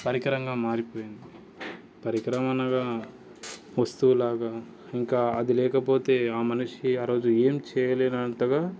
పరికరంగా మారిపోయింది పరికరం అనగా వస్తువు లాగా ఇంకా అది లేకపోతే ఆ మనిషి ఆ రోజు ఏం చెయ్యలేనంతగా